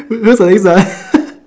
that's what it is ah